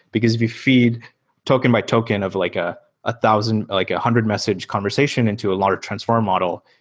because if you feed token by token of like ah a thousand, like a hundred message conversation into a lot of transform model,